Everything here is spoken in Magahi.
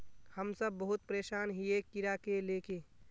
हम सब बहुत परेशान हिये कीड़ा के ले के?